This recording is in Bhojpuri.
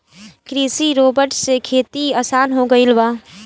कृषि रोबोट से खेती आसान हो गइल बा